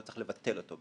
אתה לא צריך לבטל אותו.